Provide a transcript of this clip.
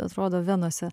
atrodo venose